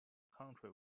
country